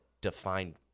define